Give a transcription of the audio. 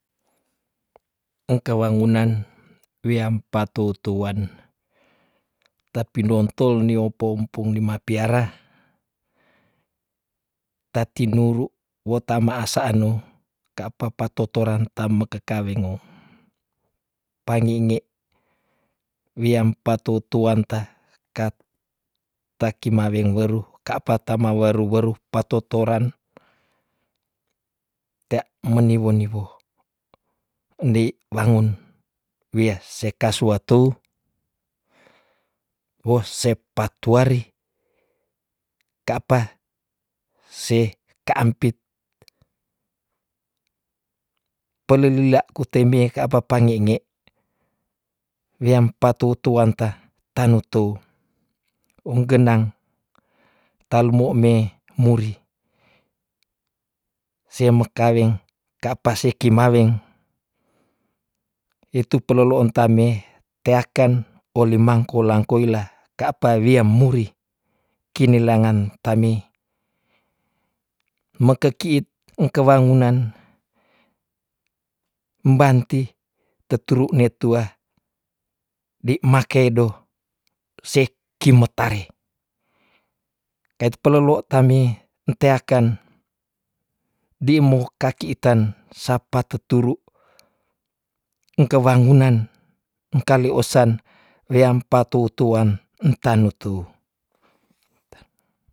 Engke wangunan wea mpatoutouan tapinontol ni opo empung ni mapiara tatinuru wotaa maasano ka apa patoutouran ta mekakekawengngo pangingi wiam patoutouanta kat- takimaweng weru ka apa tamaweruweru patoutouran tea meniwoniwo ndei wangun wia sekas wa tou wo sepatuari ka apa seh kaampit pelelilaku te mei ka apa pa ngenge wiam patoutouanta tanu tou unggenang talu moume muri sia makaweng ka apa si kimaweng itu peloloontame teaken olimangkolaang koila ka apa wia muri kinelangan tami mekekiit engke wangunan mbanti teturune tua ndei makei do seh kimo tare, etpaluluo tami ntei akan ndei mo kakitan sapa tuturu engka wangunan engka liosan wea mpatoutouan ntanutu.